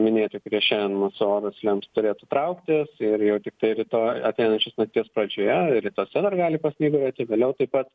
minėti kurie šiaien mūsų orus lems turėtų trauktis ir jau tiktai rytoj ateinančios nakties pradžioje rytuose dar gali pasnyguriuoti vėliau taip pat